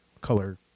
color